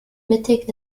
mittig